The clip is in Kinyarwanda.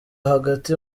hagati